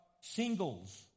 singles